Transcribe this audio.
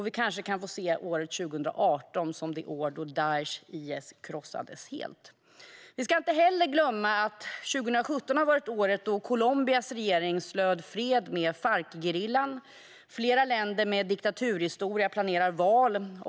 Vi kanske kan få se år 2018 som det år då Daish/IS krossades helt. Vi ska inte heller glömma att 2017 har varit året då Colombias regering slöt fred med Farcgerillan. Flera länder med diktaturhistoria planerar val.